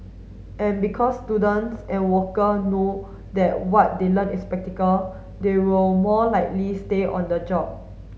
and because students and worker know that what they learn is practical they will more likely stay on the job